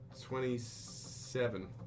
Twenty-seven